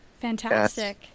Fantastic